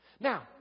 Now